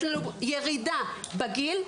יש לנו ירידה בגיל,